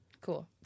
Cool